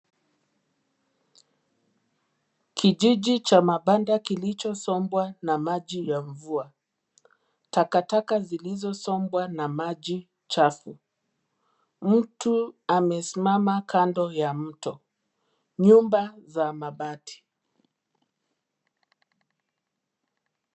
Kijiji cha mabanda kilichozombwa na maji ya mvua. Takataka zilizozombwa na maji chafu. Mtu amesimama kando ya mto. Nyumba za mabati.